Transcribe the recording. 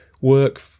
work